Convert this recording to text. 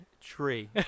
tree